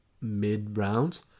mid-rounds